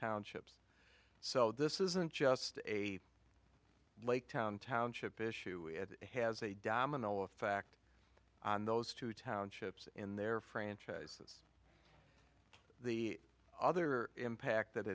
townships so this isn't just a lake town township issue it has a domino effect on those two townships in their franchises the other impact that